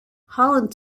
holland